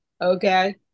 Okay